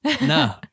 no